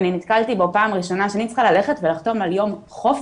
ואני נתקלתי בו פעם ראשונה שאני צריכה ללכת ולחתום על יום חופש?